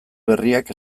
berriak